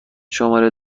شماره